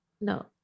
No